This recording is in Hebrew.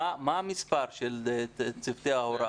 מה המספר של צוותי ההוראה?